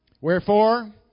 Wherefore